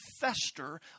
fester